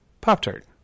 Pop-Tart